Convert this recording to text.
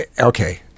okay